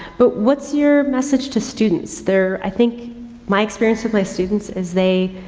but what's your message to students? they're, i think my experience with my students is they,